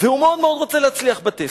ומאוד מאוד רוצה להצליח בטסט.